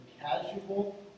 casual